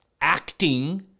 acting